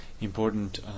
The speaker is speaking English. important